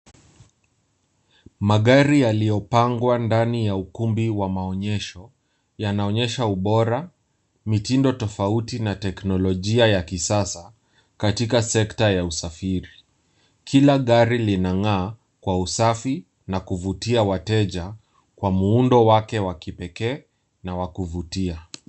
Magari yaliopangwa ndani ya ukumbi wa maonyesho yanaonyesha ubora mitindo tafauti na teknolojia ya kisasa katika sekta ya usafiri kila gari linaanga kwa usafi na kuvutia wateja kwa muundo wake wa kipee na wa kuvutia.